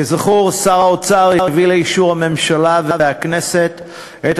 כזכור, שר האוצר הביא לאישור הממשלה והכנסת את